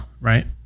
right